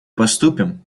поступим